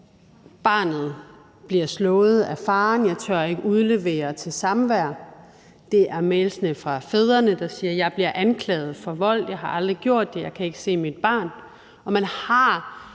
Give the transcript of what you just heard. Barnet bliver slået af faren; jeg tør ikke udlevere til samvær. Det er mails fra fædrene, der siger: Jeg bliver anklaget for vold, og jeg har aldrig gjort det; jeg kan ikke se mit barn. Og man har